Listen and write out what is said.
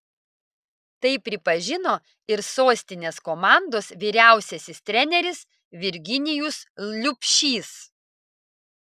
tai pripažino ir sostinės komandos vyriausiasis treneris virginijus liubšys